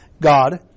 God